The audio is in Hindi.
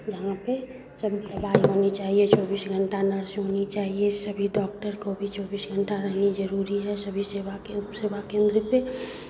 जहाँ पे सभी दवाई होनी चाहिए चौबीस घंटा नर्स होनी चाहिए सभी डॉक्टर को भी चौबीस घंटा रहनी जरूरी है सभी सेवा केन्द्र उप सेवा केंद्र पे